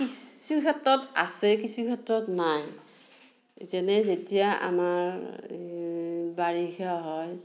কিছু ক্ষেত্ৰত আছে কিছু ক্ষেত্ৰত নাই যেনে যেতিয়া আমাৰ বাৰিষা হয়